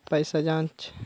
ᱯᱚᱭᱥᱟ ᱡᱟᱦᱟᱸ